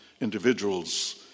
individuals